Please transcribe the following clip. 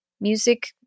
music